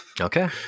Okay